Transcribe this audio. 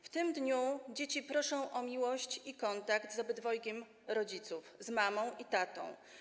W tym dniu dzieci proszą o miłość i kontakt z obydwojgiem rodziców: mamą i tatą.